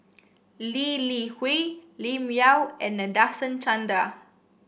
Lee Li Hui Lim Yau and Nadasen Chandra